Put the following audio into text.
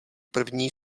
první